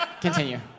continue